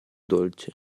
dolce